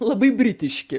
labai britiški